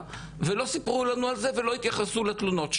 ולא סיפרו לנו על זה ולא התייחסו לתלונות שלנו,